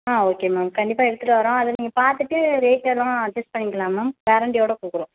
ஆ okay ma'am கண்டிப்பாக எடுத்துட்டு வரோம் அதை நீங்கள் பார்த்துட்டு ரேட்டெல்லாம் ஃபிக்ஸ் பண்ணிக்கிலாம் மேம் கேரண்டியோட கொடுக்குறோம்